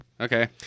Okay